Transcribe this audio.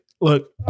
look